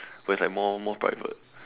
but it's like more more private